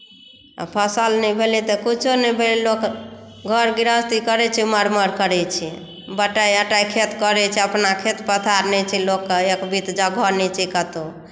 आ फसल नहि भेलै तऽ किछो नहि भेलै लोक घर गृहस्थी करै छै इम्हर उम्हर करै छै बटाई अटाई खेत करै छै अपना खेत पथार नहि छै लोककेँ एक बीत जगह नहि छै कतौ